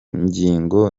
ngingo